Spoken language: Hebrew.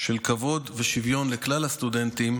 של כבוד ושוויון לכלל הסטודנטים,